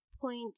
point